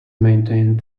maintained